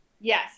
yes